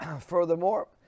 Furthermore